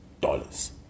dollars